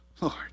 Lord